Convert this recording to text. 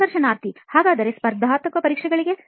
ಸಂದರ್ಶನಾರ್ಥಿಹಾಗಾದರೆ ಸ್ಪರ್ಧಾತ್ಮಕ ಪರೀಕ್ಷೆಗಳಿಗೆ